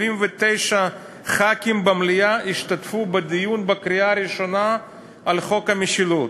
79 חברי כנסת במליאה השתתפו בדיון בקריאה הראשונה של חוק המשילות.